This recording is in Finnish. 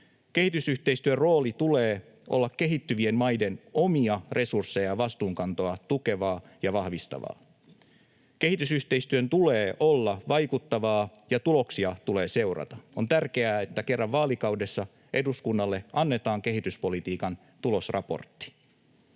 Kehitysyhteistyön roolin tulee olla kehittyvien maiden omia resursseja ja vastuunkantoa tukevaa ja vahvistavaa. Kehitysyhteistyön tulee olla vaikuttavaa, ja tuloksia tulee seurata. On tärkeää, että kerran vaalikaudessa eduskunnalle annetaan kehityspolitiikan tulosraportti.